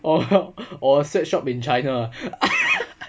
or or sweat shop in china